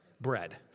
Bread